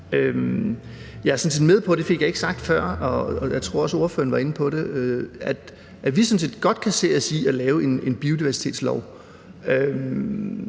mener vi også, at vi skal have en biodiversitetslov.